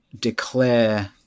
declare